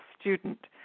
student